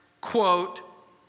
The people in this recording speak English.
quote